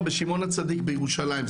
בשמעון הצדיק בירושלים,